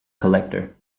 collector